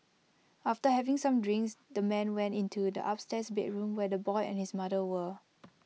after having some drinks the man went into the upstairs bedroom where the boy and his mother were